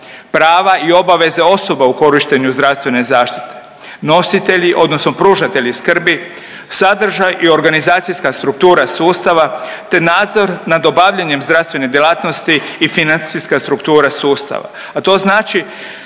prava i obaveze osoba u korištenju zdravstvene zaštite, nositelji odnosno pružatelji skrbi, sadržaj i organizacijska struktura sustava te nadzor nad obavljanjem zdravstvene djelatnosti i financijska struktura sustava,